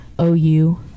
OU